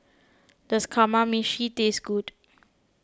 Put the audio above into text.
does Kamameshi taste good